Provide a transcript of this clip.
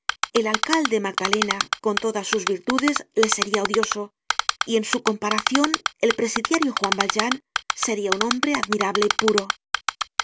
el alcalde magdalena con todas sus virtudes le seria odioso y en su comparacion el presidiario juan valjean seria un hombre admirable y puro